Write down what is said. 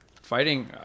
fighting